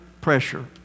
pressure